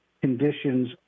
conditions